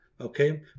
okay